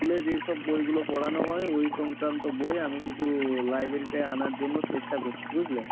স্কুলে যেই সব বইগুলো পড়ানো হয় ওই সংক্রান্ত বই আমি কিছু লাইব্রেরিতে আনার জন্য চেষ্টা করছি বুঝলে